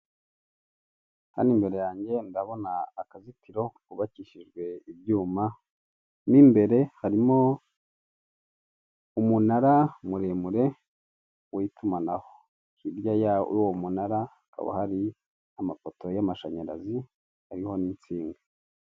Hano imbere yange ndabona akazitiro kubakishijwe ibyuma, mw'imbere harimo umunara muremure w'itumanaho, hirya y'uwo munara hakaba hari amapoto y'amashanyarazi hariho n'insinga.